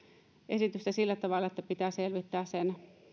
esitystä sillä tavalla että pitää selvittää sen